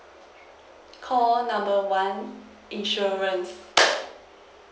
call number one insurance